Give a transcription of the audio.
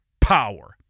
power